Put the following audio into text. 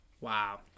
Wow